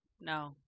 No